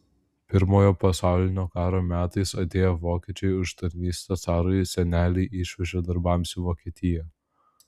pirmojo pasaulinio karo metais atėję vokiečiai už tarnystę carui senelį išvežė darbams į vokietiją